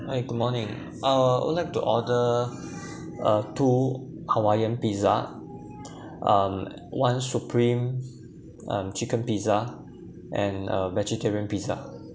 hi good morning uh I would like to order uh two hawaiian pizza um one supreme um chicken pizza and a vegetarian pizza